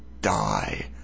die